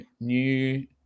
new –